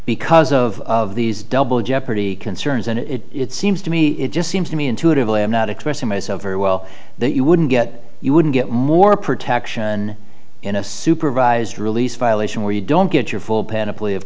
because of of these double jeopardy concerns and it seems to me it just seems to me intuitively i'm not expressing myself very well that you wouldn't get you wouldn't get more protection in a supervised release violation where you don't get your full panoply of